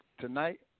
tonight